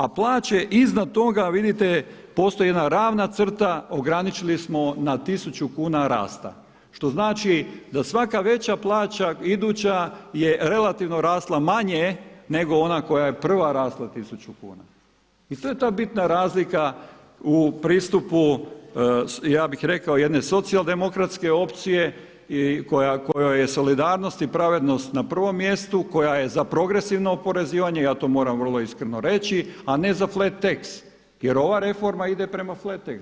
A plaće iznad toga vidite, postoji jedna ravna crta, ograničili smo na tisuću kuna rasta, što znači da svaka veća plaća iduća je relativno rasla manje, nego ona koja je prva rasla tisuću kuna i to je ta bitna razlika u pristupu ja bih rekao jedne socijaldemokratske opcije i kojoj je solidarnost i pravednost na prvom mjestu, koja je za progresivno oporezivanje – ja to moram vrlo iskreno reći – a ne za flat taks, jer ova reforma ide prema flat taks.